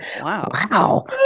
Wow